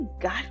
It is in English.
God